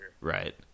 Right